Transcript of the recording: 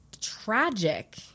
tragic